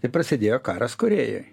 ir prasidėjo karas korėjoj